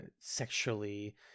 sexually